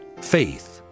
faith